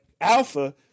alpha